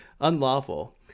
unlawful